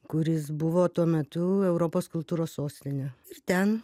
kuris buvo tuo metu europos kultūros sostinė ir ten